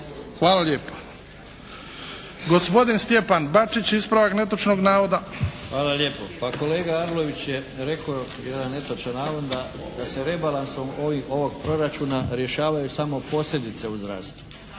Hvala lijepo. Gospodin Stjepan Bačić ispravak netočnog navoda. **Bačić, Stjepan (HDZ)** Hvala lijepo. Pa kolega Arlović je rekao jedan netočan navod da se rebalansom ovog proračuna rješavaju samo posljedice u zdravstvu.